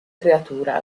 creatura